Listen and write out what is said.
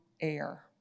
air